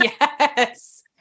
Yes